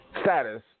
status